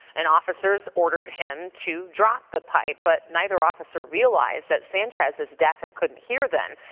and officers ordered him to drop the pipe. but neither officer realized that sanchez is deaf and couldn't hear them.